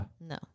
No